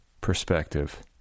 perspective